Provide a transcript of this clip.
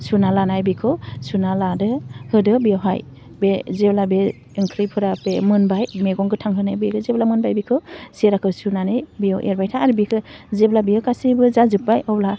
सुना लानाय बेखौ सुना लादो होदो बेवहाय बे जेब्ला बे ओंख्रिफोरा बे मोनबाय मेगं गोथां होनाया बेबो जेब्ला मोनबाय बेखौ सिराखौ सुनानै बेयाव एरबाय था आरो बिखौ जेब्ला बियो गासैबो जाजोबबाय अब्ला